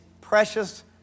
precious